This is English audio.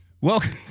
Welcome